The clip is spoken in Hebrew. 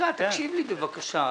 תקשיב לי בבקשה.